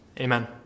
Amen